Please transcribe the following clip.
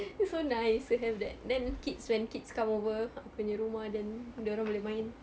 it's so nice to have that then kids when kids come over aku punya rumah then dia orang boleh main